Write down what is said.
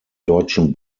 deutschen